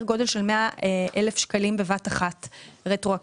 גודל של 100,000 שקלים בבת אחת רטרואקטיבית.